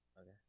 Okay